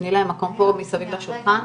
תני להם מקום פה מסביב לשולחן,